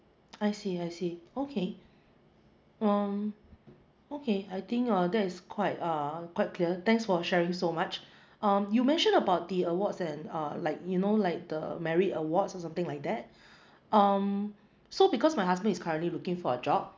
I see I see okay um okay I think uh that is quite uh quite clear thanks for sharing so much um you mentioned about the awards and uh like you know like the merit awards or something like that um so because my husband is currently looking for a job